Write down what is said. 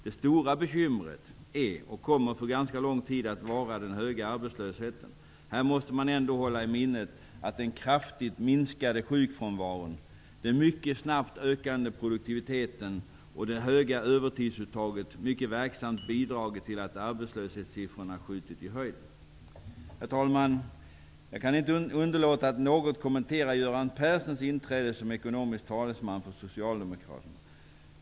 Det stora bekymret är, och kommer för ganska lång tid att vara, den höga arbetslösheten. Man måste ändå hålla i minnet att den kraftigt minskade sjukfrånvaron, den mycket snabbt ökade produktiviteten och det höga övertidsuttaget mycket verksamt bidragit till att arbetslöshetssiffrorna skjutit i höjden. Herr talman! Jag kan inte underlåta att något kommentera Göran Perssons inträde som ekonomisk talesman för Socialdemokaterna.